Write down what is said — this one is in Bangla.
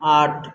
আট